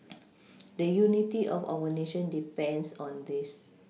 the unity of our nation depends on this